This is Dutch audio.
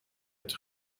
het